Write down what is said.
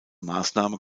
maßnahme